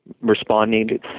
responding